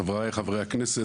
חבריי חברי הכנסת,